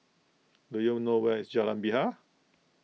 do you know where is Jalan Bilal